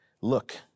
look